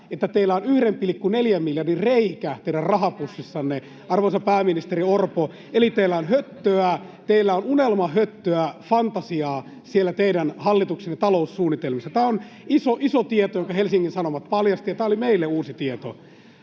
että teillä on 1,4 miljardin reikä teidän rahapussissanne, [Krista Kiuru: Kyllä!] arvoisa pääministeri Orpo. Eli teillä on höttöä, teillä on unelmahöttöä, fantasiaa siellä teidän hallituksenne taloussuunnitelmissa. Tämä on iso tieto, jonka Helsingin Sanomat paljasti, ja tämä oli meille uusi tieto.